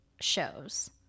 shows